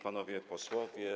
Panowie Posłowie!